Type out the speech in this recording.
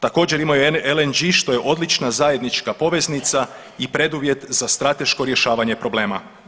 Također imaju LNG što je odlična zajednička poveznica i preduvjet za strateško rješavanje problema.